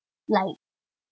like